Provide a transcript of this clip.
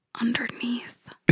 underneath